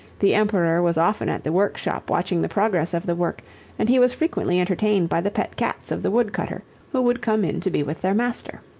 the emperor was often at the workshop watching the progress of the work and he was frequently entertained by the pet cats of the wood-cutter who would come in to be with their master.